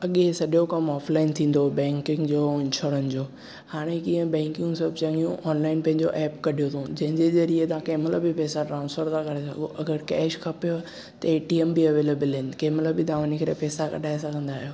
अॻे सॼो कमु ऑफ़लाइन थींदो बैंकिग जो इंश्योरेंस जो हाणे कीअं बैंकीयूं सभु जॾियूं ऑनलाइन पंहिंजो ऐप कढियूं अथव जंहिंजे ज़रिए त कंहिं महिल बि पैसा ट्रांसफ़र था करे सघो अग॒रि कैश खपेव त ए टी एम बि अवेलेबल आहिनि कंहिं महिल बि तव्हां वञी करे पैसा कढाए सघंदा आहियो